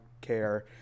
care